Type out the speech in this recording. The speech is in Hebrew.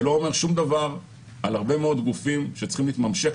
זה לא אומר שום דבר על הרבה מאוד גופים שצריכים להתממשק